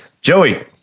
Joey